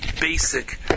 basic